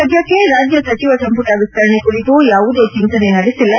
ಸದ್ದಕ್ಕೆ ರಾಜ್ಯ ಸಚಿವ ಸಂಪುಟ ವಿಸ್ತರಣೆ ಕುರಿತು ಯಾವುದೇ ಚಿಂತನೆ ನಡೆಸಿಲ್ಲ